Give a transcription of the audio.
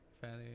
Fairly